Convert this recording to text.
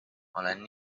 olen